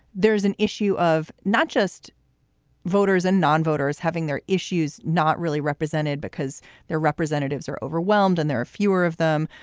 there's an issue of not just voters and non-voters having their issues not really represented because their representatives are overwhelmed and there are fewer of them.